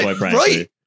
right